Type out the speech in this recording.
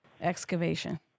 excavation